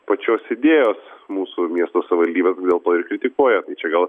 pačios idėjos mūsų miesto savivaldybė dėl to ir kritikuoja tai čia gal